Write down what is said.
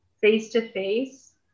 face-to-face